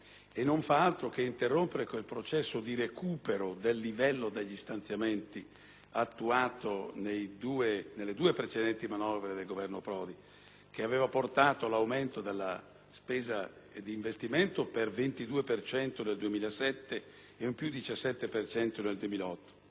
e non fa altro che interrompere quel processo di recupero del livello degli stanziamenti attuato nelle due precedenti manovre del Governo Prodi, che aveva portato all'aumento di spesa per investimento del 22 per cento nel 2007